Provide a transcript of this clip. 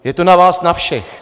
Je to na vás na všech.